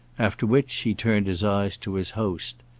after which he turned his eyes to his host.